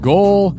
Goal